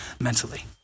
mentally